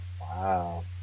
wow